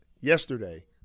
yesterday